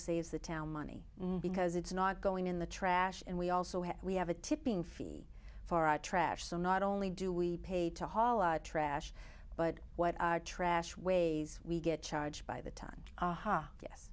saves the town money because it's not going in the trash and we also have we have a tipping fee for our trash so not only do we pay to haul our trash but what our trash ways we get charged by the time